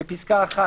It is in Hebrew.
(1)בפסקה (1),